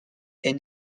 est